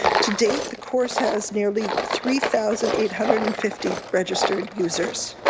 to date, the course has nearly three thousand eight hundred and fifty registered users.